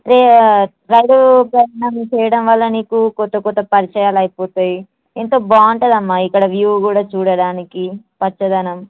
tray రైలు ప్రయాణం చేయడం వల్ల నీకు కొత్త కొత్త పరిచయాలు అవుతాయి ఎంతో బాగుటుంది అమ్మా ఇక్కడ వ్యూ కూడా చూడడానికి పచ్చదనం